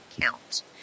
count